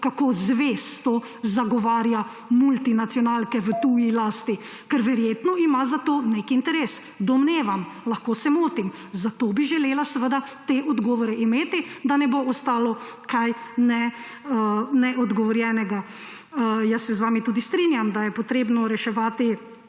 kako zvesto zagovarja multinacionalke v tuji lasti, ker verjetno ima za to nek interes. Domnevam, lahko se motim, zato bi želela seveda te odgovore imeti, da ne bo ostalo kaj neodgovorjenega. Jaz se z vami tudi strinjam, da bo mogoče treba reševati